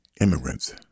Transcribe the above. immigrants